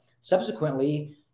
subsequently